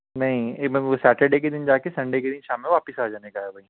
نہیں میں وہ سیٹرڈے کے دِن جاکے سنڈے کے دِن شام واپس آ جانے کا ہے بھائی